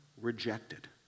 rejected